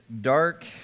dark